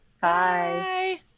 Bye